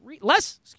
less